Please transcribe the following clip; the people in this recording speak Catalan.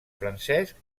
francesc